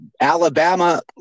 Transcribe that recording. Alabama